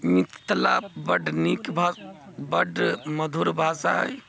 मिथिला बड्ड नीक भा बड्ड मधुर भाषा अछि